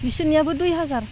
बिसोरनियाबो दुइ हाजार